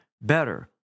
better